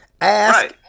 Ask